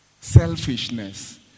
Selfishness